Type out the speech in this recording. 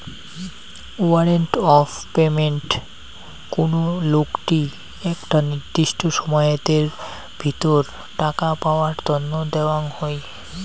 warrant of payment কুনো লোককি একটা নির্দিষ্ট সময়াতের ভিতর টাকা পাওয়ার তন্ন দেওয়াঙ হই